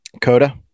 Coda